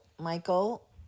michael